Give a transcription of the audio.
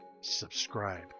subscribe